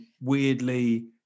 weirdly